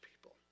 people